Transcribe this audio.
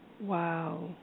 Wow